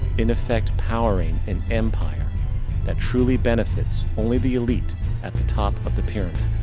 in effect powering an empire that truly benefits only the elite at the top of the pyramid.